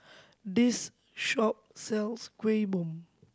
this shop sells Kuih Bom